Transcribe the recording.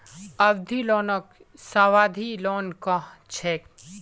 अवधि लोनक सावधि लोन कह छेक